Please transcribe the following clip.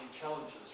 challenges